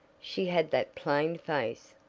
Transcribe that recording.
she had that plain face,